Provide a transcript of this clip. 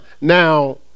Now